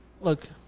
look